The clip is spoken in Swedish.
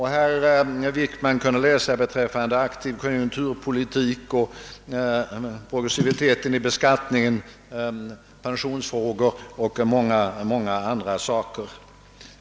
Herr Wickman kunde däri läsa om aktiv konjunkturpolitik, om progressivitet i beskattningen, om pensionsfrågor och många andra saker.